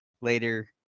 later